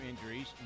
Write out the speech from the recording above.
injuries